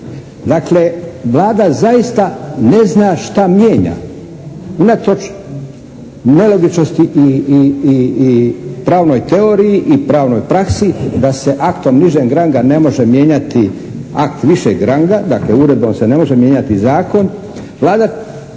Dakle, Vlada zaista ne zna šta mijenja unatoč nelogičnosti pravnoj teoriji i pravnoj praksi da se aktom nižeg ranga ne može mijenjati akt višeg ranga, dakle uredbom se ne može mijenjati zakon Vlada